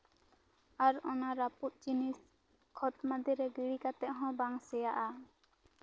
ᱟᱨ ᱚᱱᱟ ᱨᱟᱹᱯᱩᱫ ᱡᱤᱱᱤᱥ ᱠᱷᱚᱛ ᱢᱟᱫᱮᱨᱮ ᱜᱤᱰᱤ ᱠᱟᱛᱮᱜ ᱦᱚᱸ ᱵᱟᱝ ᱥᱮᱭᱟᱜᱼᱟ